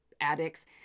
addicts